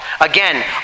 Again